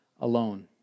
alone